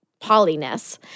polyness